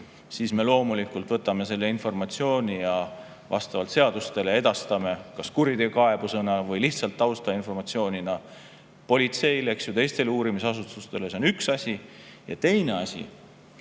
siis me loomulikult võtame selle informatsiooni ja vastavalt seadustele edastame selle kas kuriteokaebusena või lihtsalt taustainformatsioonina politseile ja teistele uurimisasutustele. See on üks asi. Ja teine asi: